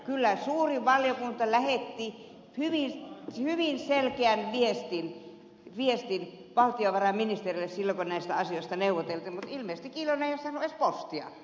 kyllä suuri valiokunta lähetti hyvin selkeän viestin valtiovarainministerille silloin kun näistä asioista neuvoteltiin mutta ilmeisesti ed